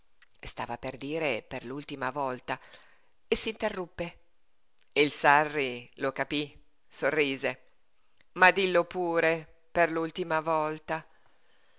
stava per dire per l'ultima volta s'interruppe il sarri lo capí sorrise ma dillo pure per l'ultima volta